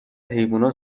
حیوونا